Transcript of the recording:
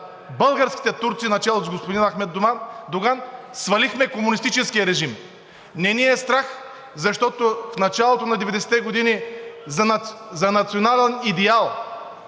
българските турци начело с господин Ахмед Доган, свалихме комунистическия режим. Не ни е страх, защото в началото на 90-те години за национален идеал